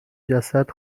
جسد